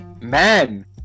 man